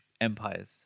empires